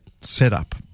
setup